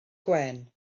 gwên